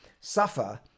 suffer